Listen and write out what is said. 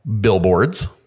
billboards